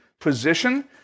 position